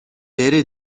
بره